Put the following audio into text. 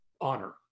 honor